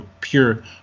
pure